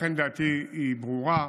ולכן דעתי היא ברורה.